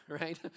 right